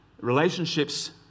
Relationships